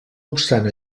obstant